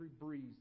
breeze